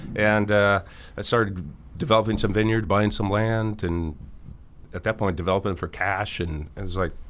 and i started developing some vineyard, buying some land and at that point, developing it for cash. and it was like,